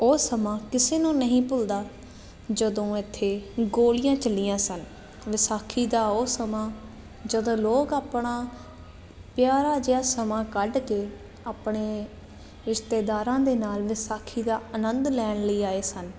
ਉਹ ਸਮਾਂ ਕਿਸੇ ਨੂੰ ਨਹੀਂ ਭੁੱਲਦਾ ਜਦੋਂ ਇੱਥੇ ਗੋਲੀਆਂ ਚੱਲੀਆਂ ਸਨ ਵਿਸਾਖੀ ਦਾ ਉਹ ਸਮਾਂ ਜਦੋਂ ਲੋਕ ਆਪਣਾ ਪਿਆਰਾ ਜਿਹਾ ਸਮਾਂ ਕੱਢ ਕੇ ਆਪਣੇ ਰਿਸ਼ਤੇਦਾਰਾਂ ਦੇ ਨਾਲ ਵਿਸਾਖੀ ਦਾ ਆਨੰਦ ਲੈਣ ਲਈ ਆਏ ਸਨ